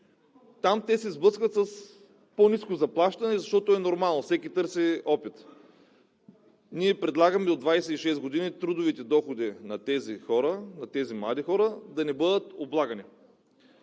Там те се сблъскват с по-ниско заплащане, защото е нормално, всеки търси опит. Ние предлагаме трудовите доходи на тези млади хора до 26 г. да не бъдат облагани.